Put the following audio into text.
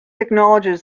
acknowledges